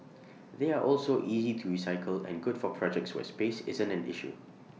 they are also easy to recycle and good for projects where space isn't an issue